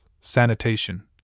sanitation